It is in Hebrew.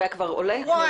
הוא היה כבר עולה?